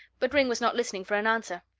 but ringg was not listening for an answer.